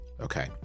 Okay